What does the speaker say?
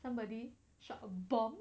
somebody shot a bomb